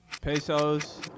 Pesos